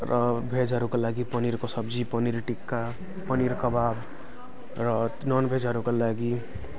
र भेजहरूका लागि पनिरको सब्जी पनिर टिक्का पनिर कबाब र ननभेजहरूको लागि